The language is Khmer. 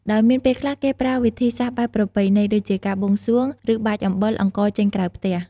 ដោយមានពេលខ្លះគេប្រើវិធីសាស្ត្របែបប្រពៃណី ដូចជាការបួងសួង ឬបាចអំបិល អង្ករចេញក្រៅផ្ទះ។